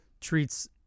treats